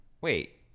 Wait